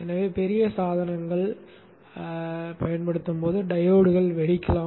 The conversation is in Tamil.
எனவே பெரிய சாதனங்கள் டையோட்கள் வெடிக்கலாம்